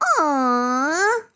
Aww